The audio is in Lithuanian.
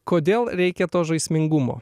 kodėl reikia to žaismingumo